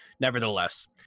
nevertheless